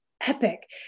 epic